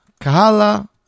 Kahala